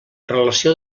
relació